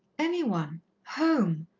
any one home.